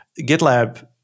GitLab